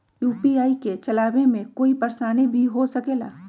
UPI के चलावे मे कोई परेशानी भी हो सकेला?